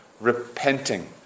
Repenting